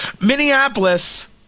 Minneapolis